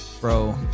bro